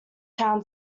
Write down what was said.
town